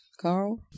Carl